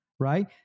Right